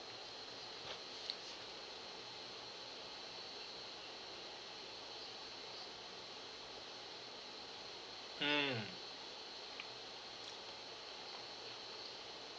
hmm